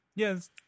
Yes